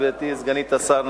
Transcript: גברתי סגנית השר,